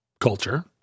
culture